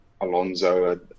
Alonso